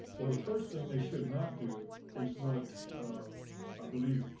well, the first thing they should not do is what i believe,